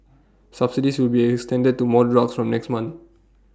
subsidies will be extended to more drugs from next month